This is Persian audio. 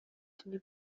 تونی